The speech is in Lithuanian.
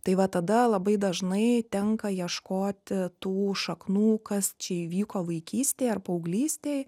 tai va tada labai dažnai tenka ieškoti tų šaknų kas čia įvyko vaikystėj ar paauglystėj